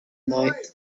night